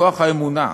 מכוח האמונה.